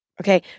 Okay